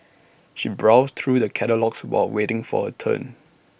she browsed through the catalogues while waiting for her turn